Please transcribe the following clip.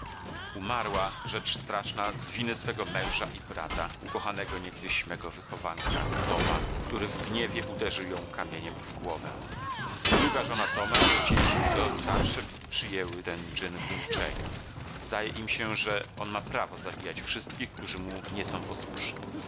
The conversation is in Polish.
umarła rzecz straszna z winy swego męża i brata ukochanego niegdyś mego wychowanka toma który w gniewie uderzył ją kamieniem w głowę druga żona toma i dzieci jego starsze przyjęły ten czyn w milczeniu zdaje im się że on ma prawo zabijać wszystkich którzy mu nie są posłuszni